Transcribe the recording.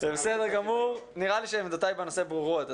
נראה לי שעמדותיי בנושא ברורות,